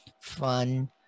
fun